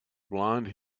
blond